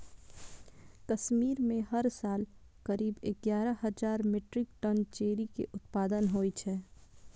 कश्मीर मे हर साल करीब एगारह हजार मीट्रिक टन चेरी के उत्पादन होइ छै